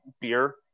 beer